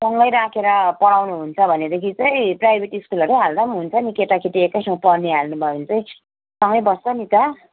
सँगै राखेर पढाउनु हुन्छ भनेदेखि चाहिँ प्राइभेट स्कुलहरू पनि हाल्दा हुन्छ नि केटाकेटी एकै ठाउँ पढ्ने हाल्नु भयो भने चाहिँ सँगै बस्छ नि त